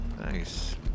Nice